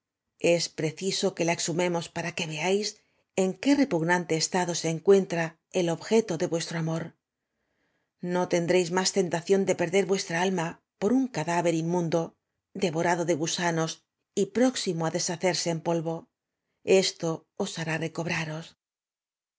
es preciso que la exhumemos para que veáis en qué repugnante estado se encuen tra el objeto de vuestro amor no tendréis más tentación de perder vuestra alma por un cadá ver inmundo devorado de gusanos y próximo á deshacerse en polvo esto os hará recobraros